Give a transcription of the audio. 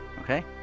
Okay